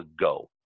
go